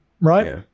right